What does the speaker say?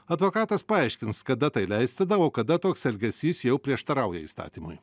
advokatas paaiškins kada tai leistina o kada toks elgesys jau prieštarauja įstatymui